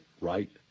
right